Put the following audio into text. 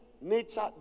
nature